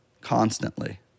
constantly